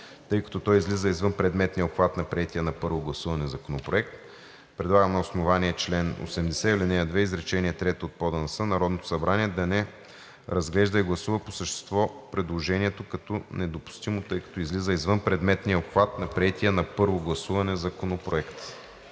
тъй като то излиза извън предметния обхват на приетия на първо гласуване законопроект. Предлага на основание чл. 80, ал. 2, изречение 3 от ПОДНС Народното събрание да не разглежда и гласува по същество предложението като недопустимо, тъй като излиза извън предметния обхват на приетия на първо гласуване законопроект.“